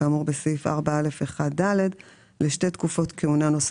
כאשר במסגרת תפקידי עמדתי בין השאר בראש צוות בין משרדי שהוקם לפי